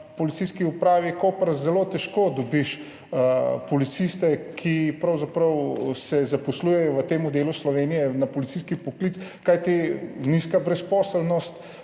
na Policijski upravi Koper zelo težko dobiš policiste, ki se pravzaprav zaposlujejo v tem delu Slovenije v policijskem poklicu, kajti nizka brezposelnost